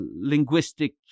linguistic